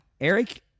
Eric